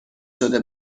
شده